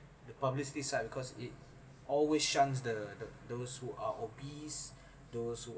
the publicity side because it always shuns the the those who are obese those who